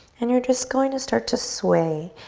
and you're just going to start to sway.